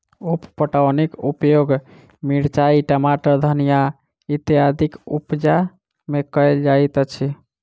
उप पटौनीक उपयोग मिरचाइ, टमाटर, धनिया इत्यादिक उपजा मे कयल जाइत अछि